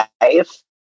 life